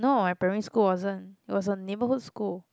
no my primary school wasn't it was a neighborhood school